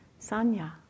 sanya